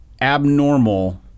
abnormal